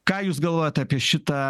ką jūs galvojat apie šitą